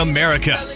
America